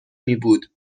میبود